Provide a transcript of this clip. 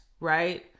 right